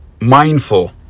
mindful